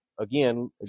again